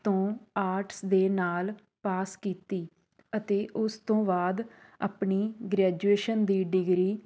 ਤੋਂ ਆਰਟਸ ਦੇ ਨਾਲ ਪਾਸ ਕੀਤੀ ਅਤੇ ਉਸ ਤੋਂ ਬਾਅਦ ਆਪਣੀ ਗ੍ਰੈਜੂਏਸ਼ਨ ਦੀ ਡਿਗਰੀ